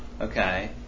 Okay